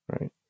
right